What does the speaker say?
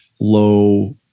low